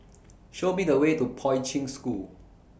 Show Me The Way to Poi Ching School